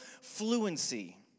fluency